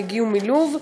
הם הגיעו מלוב.